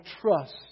trust